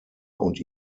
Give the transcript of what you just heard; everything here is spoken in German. und